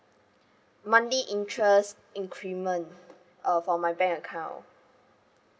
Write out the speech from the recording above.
monthly interest increment uh for my bank account